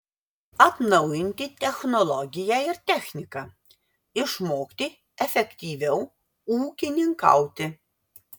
atnaujinti technologiją ir techniką išmokti efektyviau ūkininkauti